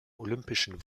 olympischen